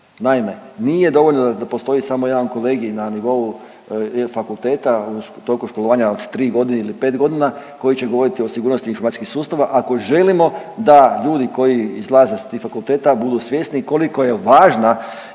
Naime, nije dovoljno da postoji samo jedan kolegij na nivou fakulteta u toku školovanja u tri godine ili pet godina koji će govoriti o sigurnosti informacijskih sustava ako želimo da ljudi koji izlaze s tih fakulteta budu svjesni koliko je važna